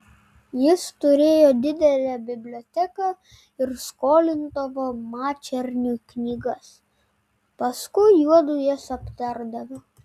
jis turėjo didelę biblioteką ir skolindavo mačerniui knygas paskui juodu jas aptardavo